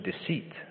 deceit